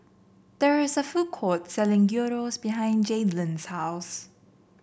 there is a food court selling Gyros behind Jaidyn's house